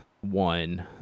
one